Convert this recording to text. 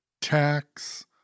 Tax